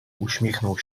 uśmiechnął